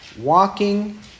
Walking